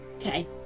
Okay